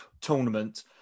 tournament